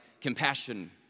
compassion